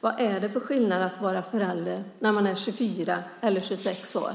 Vad är det för skillnad i sammanhanget mellan en förälder som är 24 år och en förälder som är 26 år?